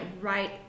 right